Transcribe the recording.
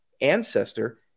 ancestor